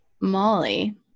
Molly